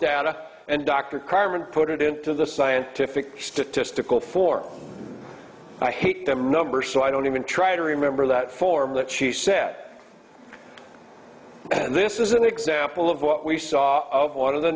data and dr carmen put it into the scientific statistical for i hate them number so i don't even try to remember that form that she said and this is an example of what we saw of one of the